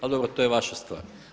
Ali dobro, to je vaša stvar.